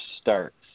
starts